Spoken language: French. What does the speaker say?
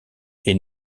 est